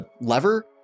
lever